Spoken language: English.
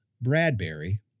Bradbury